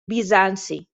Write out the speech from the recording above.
bizanci